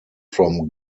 from